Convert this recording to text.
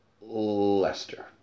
Leicester